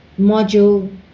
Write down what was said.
module